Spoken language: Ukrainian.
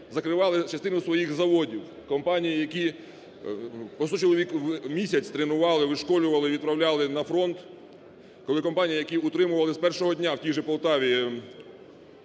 закривали частину своїх заводів, компанії, які по 100 чоловік в місяць тренували, вишколювали, відправляли на фронт. Коли компанії, які утримували з першого дня в тій же Полтаві